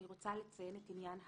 אני רוצה לציין את עניין הטב"ם,